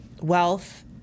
wealth